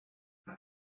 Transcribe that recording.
per